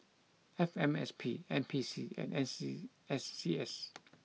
F M S P N P C and N see S C S